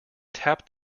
tapped